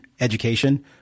education